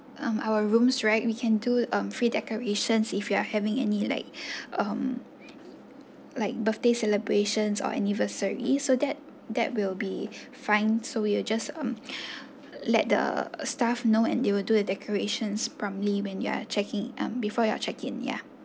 um our rooms right we can do um free decorations if you are having any like um like birthday celebrations or anniversary so that that will be fine so we'll just um let the staff know and they will do the decorations promptly when you're checking um before your check in yeah